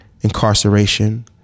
incarceration